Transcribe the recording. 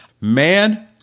Man